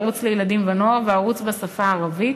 ערוץ לילדים ולנוער וערוץ בשפה הערבית.